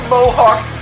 Mohawk